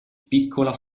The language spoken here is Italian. piccola